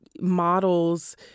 models